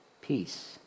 peace